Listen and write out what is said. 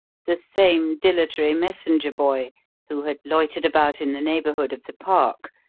the same dilatory messenger boy who had loitered about in the neighbourhood of the park,